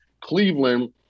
Cleveland